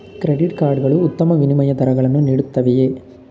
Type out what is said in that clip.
Credit card ಗಳು ಉತ್ತಮ ವಿನಿಮಯ ದರಗಳನ್ನು ನೀಡುತ್ತವೆಯೇ?